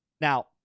Now